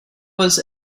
was